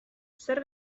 zer